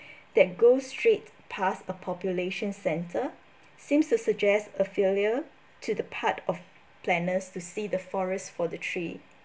that goes straight past a population centre seems to suggest a failure to the part of planners to see the forest for the tree